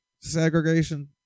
segregation